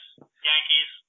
Yankees